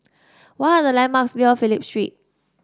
what are the landmarks near Phillip Street